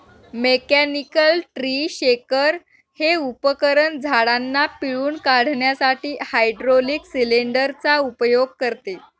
mechanical tree shaker हे उपकरण झाडांना पिळून काढण्यासाठी हायड्रोलिक सिलेंडर चा उपयोग करते